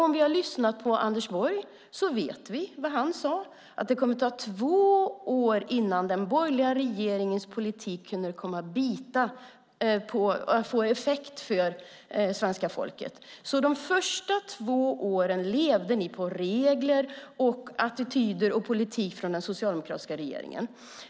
Om vi har lyssnat på Anders Borg vet vi vad han sade, nämligen att det kommer att ta två år innan den borgerliga regeringens politik kommer att få effekt för svenska folket. De första två åren levde ni alltså med regler, attityder och politik från den socialdemokratiska regeringen.